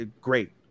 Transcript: Great